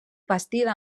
bastida